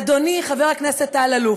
אדוני חבר הכנסת אלאלוף,